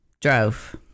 Drove